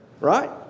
Right